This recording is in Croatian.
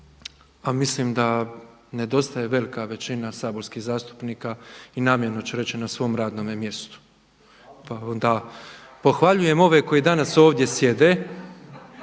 a mislim da nedostaje velika većina saborskih zastupnika i namjerno ću reći na svom radnome mjestu. Pa onda pohvaljujem ove koji danas ovdje sjede,